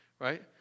right